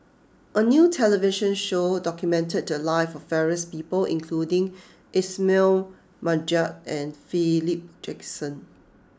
a new television show documented the lives of various people including Ismail Marjan and Philip Jackson